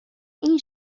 این